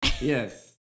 Yes